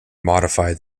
modify